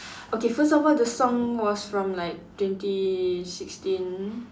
okay first of all the song was from like twenty sixteen